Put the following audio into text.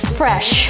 fresh